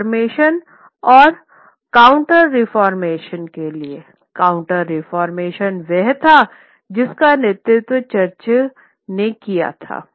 reformation और counter reformation के लिए काउंटर रिफॉर्मेशन वह था जिसका नेतृत्व चर्च ने किया था